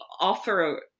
offer